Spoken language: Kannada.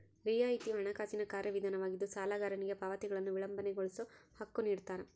ರಿಯಾಯಿತಿಯು ಹಣಕಾಸಿನ ಕಾರ್ಯವಿಧಾನವಾಗಿದ್ದು ಸಾಲಗಾರನಿಗೆ ಪಾವತಿಗಳನ್ನು ವಿಳಂಬಗೊಳಿಸೋ ಹಕ್ಕು ನಿಡ್ತಾರ